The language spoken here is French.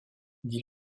dit